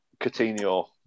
Coutinho